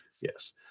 yes